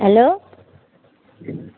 hello